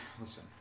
Listen